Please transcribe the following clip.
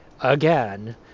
again